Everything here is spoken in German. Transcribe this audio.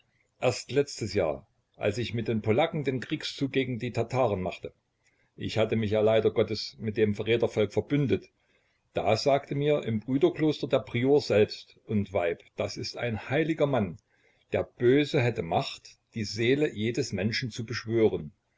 erst letztes jahr als ich mit den polacken den kriegszug gegen die tataren machte ich hatte mich ja leider gottes mit dem verrätervolk verbündet da sagte mir im brüderkloster der prior selbst und weib das ist ein heiliger mann der böse hätte macht die seele jedes menschen zu beschwören